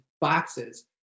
boxes